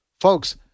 Folks